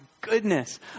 goodness